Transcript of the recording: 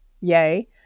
Yay